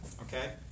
Okay